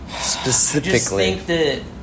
Specifically